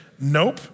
nope